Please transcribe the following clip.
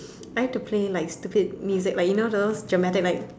I like to play like stupid music like you know those dramatic like